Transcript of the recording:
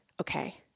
okay